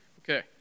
Okay